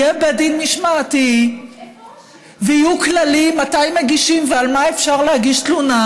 יהיה בית דין משמעתי ויהיו כללים מתי מגישים ועל מה אפשר להגיש תלונה,